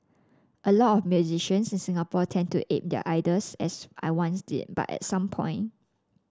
a lot of musicians in Singapore tend to ape their idols as I once did but at some point